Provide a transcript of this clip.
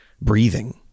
breathing